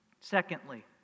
Secondly